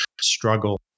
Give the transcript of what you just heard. struggle